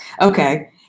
okay